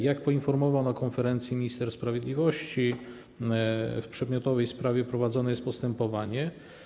Jak poinformował na konferencji minister sprawiedliwości, w przedmiotowej sprawie prowadzone jest postępowanie.